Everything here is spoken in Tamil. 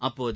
அப்போது